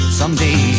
someday